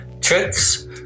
tricks